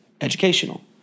educational